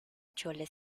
chole